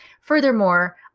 furthermore